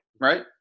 right